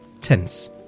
tense